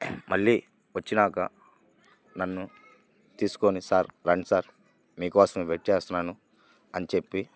మళ్ళీ వచ్చినాక నన్ను తీసుకొని సార్ ఫ్రెండ్ సార్ మీకోసం వెయిట్ చేస్తున్నాను అని చెప్పి